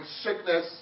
sickness